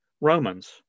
Romans